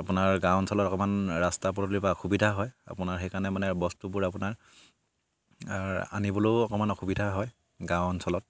আপোনাৰ গাঁও অঞ্চলত অকমান ৰাস্তা পদূলিৰ পৰা অসুবিধা হয় আপোনাৰ সেইকাৰণে মানে বস্তুবোৰ আপোনাৰ আনিবলেও অকমান অসুবিধা হয় গাঁও অঞ্চলত